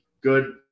good